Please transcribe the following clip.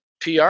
PR